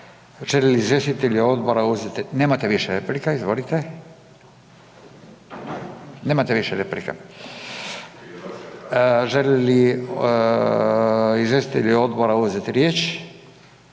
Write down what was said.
Žele li izvjestitelji odbora uzeti riječ?